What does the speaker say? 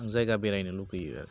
आं जायगा बेरायनो लुगैयो आरो